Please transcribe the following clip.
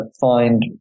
find